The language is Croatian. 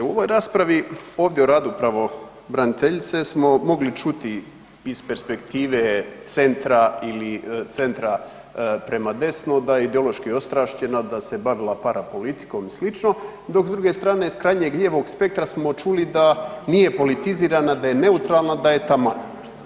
U ovoj raspravi ovdje o radu pravobraniteljice smo mogli čuti iz perspektive centra ili centra prema desno da je ideološko ostrašćena, da se bavila parapolitikom i slično, dok s druge strane s krajnje lijevog spektra smo čuli da nije politizirana, da je neutralna, da je taman.